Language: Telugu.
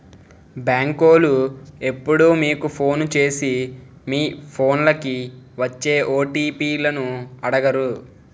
బేంకోలు ఎప్పుడూ మీకు ఫోను సేసి మీ ఫోన్లకి వచ్చే ఓ.టి.పి లను అడగరు